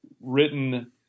written